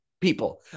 people